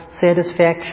satisfaction